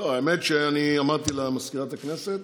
האמת שאני אמרתי למזכירת הכנסת: